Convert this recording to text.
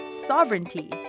sovereignty